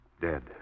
Dead